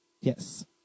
Yes